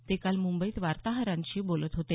ते काल मुंबईत वार्ताहरांशी बोलत होते